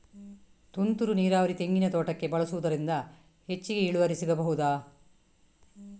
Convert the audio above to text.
ತುಂತುರು ನೀರಾವರಿ ತೆಂಗಿನ ತೋಟಕ್ಕೆ ಬಳಸುವುದರಿಂದ ಹೆಚ್ಚಿಗೆ ಇಳುವರಿ ಸಿಕ್ಕಬಹುದ?